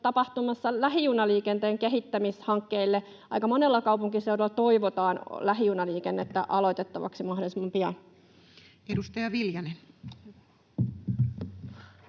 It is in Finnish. tapahtumassa lähijunaliikenteen kehittämishankkeille. Aika monella kaupunkiseudulla toivotaan lähijunaliikennettä aloitettavaksi mahdollisimman pian. [Speech